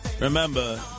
Remember